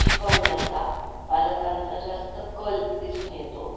शिकवण्याचा पालकांचा जास्त कल दिसून येतो